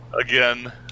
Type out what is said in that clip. again